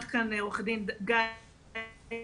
אמר כאן עו"ד גיא דוד,